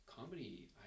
comedy